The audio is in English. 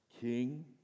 king